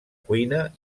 cuina